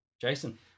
Jason